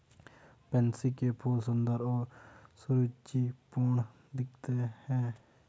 pansy के फूल सुंदर और सुरुचिपूर्ण दिखते हैं